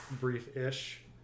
brief-ish